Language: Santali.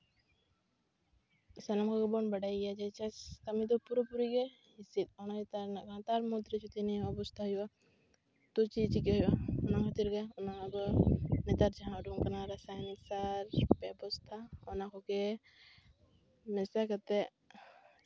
ᱥᱟᱱᱟᱢ ᱠᱚᱜᱮ ᱵᱚᱱ ᱵᱟᱰᱟᱭ ᱜᱮᱭᱟ ᱡᱮ ᱪᱟᱥ ᱠᱟᱹᱢᱤ ᱫᱚ ᱯᱩᱨᱟᱹᱯᱩᱨᱤ ᱜᱮ ᱦᱤᱸᱥᱤᱫ ᱚᱱᱟ ᱪᱮᱛᱟᱱ ᱨᱮᱱᱟᱜ ᱠᱟᱱᱟ ᱛᱟᱨ ᱢᱚᱫᱽᱫᱷᱮ ᱡᱚᱫᱤ ᱱᱤᱭᱟᱹ ᱚᱵᱚᱥᱛᱷᱟ ᱦᱚᱭᱚᱜᱼᱟ ᱛᱚ ᱪᱮᱫ ᱪᱤᱠᱟᱹᱭ ᱦᱩᱭᱩᱜᱼᱟ ᱚᱱᱟ ᱠᱷᱟᱹᱛᱤᱨ ᱜᱮ ᱱᱚᱣᱟ ᱟᱵᱚ ᱱᱮᱛᱟᱨ ᱡᱟᱦᱟᱸ ᱩᱰᱩᱝ ᱠᱟᱱᱟ ᱨᱟᱥᱟᱭᱚᱱᱤᱠ ᱥᱟᱨ ᱵᱮᱵᱚᱥᱛᱷᱟ ᱚᱱᱟ ᱠᱚᱜᱮ ᱢᱮᱥᱟ ᱠᱟᱛᱮ